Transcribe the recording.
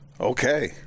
Okay